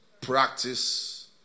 practice